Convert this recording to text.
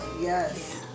Yes